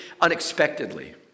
unexpectedly